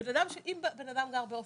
אם בנאדם גר בהוסטל,